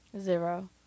Zero